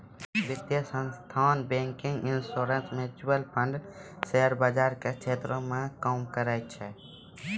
वित्तीय संस्थान banking insurance mutual fund share बाजार के क्षेत्र मे काम करै छै